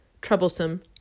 troublesome